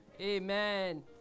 amen